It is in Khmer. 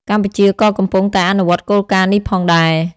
កម្ពុជាក៏កំពុងតែអនុវត្តគោលការណ៍នេះផងដែរ។